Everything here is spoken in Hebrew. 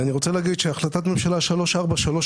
אני רוצה להגיד שהחלטת הממשלה מספר 3431